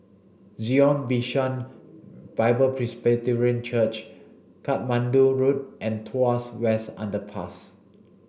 Zion Bishan Bible Presbyterian Church Katmandu Road and Tuas West Underpass